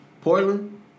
Portland